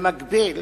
במקביל